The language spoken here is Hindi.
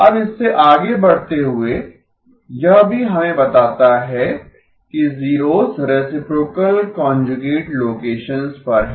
अब इससे आगे बढ़ते हुए यह भी हमें बताता है कि जीरोस रेसिप्रोकल कांजुगेट लोकेशनसंस पर हैं